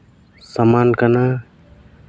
ᱥᱟᱢᱟᱱ ᱠᱟᱱᱟ